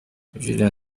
jules